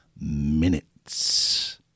minutes